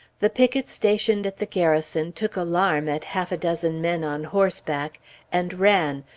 the picket stationed at the garrison took alarm at half a dozen men on horseback and ran,